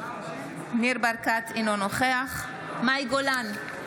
אינו נוכח מאי גולן,